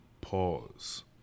pause